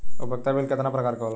उपयोगिता बिल केतना प्रकार के होला?